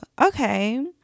okay